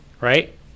right